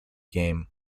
game